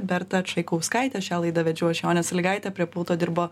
berta čaikauskaite šią laidą vedžiau ašjonė sąlygaitė prie pulto dirbo